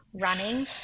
running